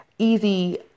easy